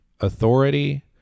authority